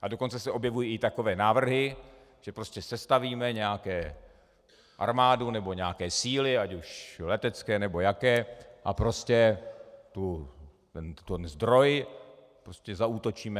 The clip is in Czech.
A dokonce se objevují i takové návrhy, že prostě sestavíme nějakou armádu nebo nějaké síly, ať už letecké nebo jaké, a prostě na ten zdroj zaútočíme.